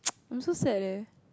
I'm so sad leh